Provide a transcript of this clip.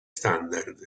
standard